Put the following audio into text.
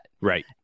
Right